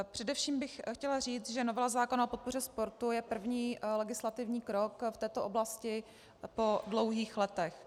Především bych chtěla říci, že novela zákona o podpoře sportu je první legislativní krok v této oblasti po dlouhých letech.